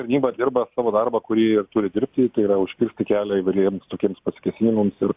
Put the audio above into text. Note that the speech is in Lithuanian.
tarnyba dirba savo darbą kurį ir turi dirbti tai yra užkirsti kelią įvairiems tokiems pasikėsinimams ir